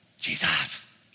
Jesus